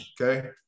okay